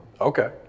Okay